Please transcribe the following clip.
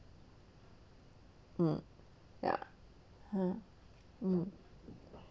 mm ya mm mm